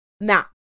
Now